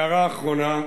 בהערה האחרונה.